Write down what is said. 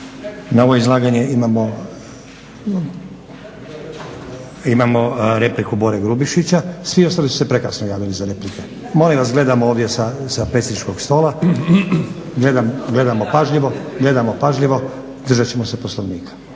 Na ovo izlaganje imamo repliku Bore Grubišića. Svi ostali su se prekasno javili za replike. Molim vas, gledamo ovdje sa predsjedničkog stola, gledamo pažljivo, držati ćemo se Poslovnika.